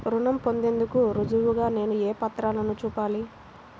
రుణం పొందేందుకు రుజువుగా నేను ఏ పత్రాలను చూపాలి?